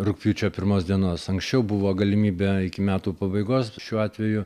rugpjūčio pirmos dienos anksčiau buvo galimybė iki metų pabaigos šiuo atveju